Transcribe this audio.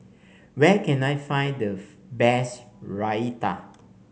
where can I find the best Raita